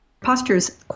postures